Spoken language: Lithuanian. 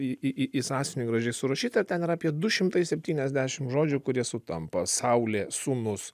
į į į į sąsiuvinį gražiai surašyta ten yra apie du šimtai septyniasdešim žodžių kurie sutampa saulė sūnus